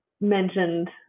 mentioned